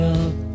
up